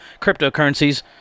cryptocurrencies